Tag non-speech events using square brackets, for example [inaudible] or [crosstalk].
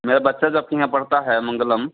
मेरा बच्चा [unintelligible] में पढ़ता है मंगलम